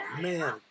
Man